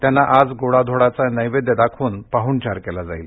त्यांना आज गोडाधोडाचा नैवेद्य दाखवून पाहणचार केला जाईल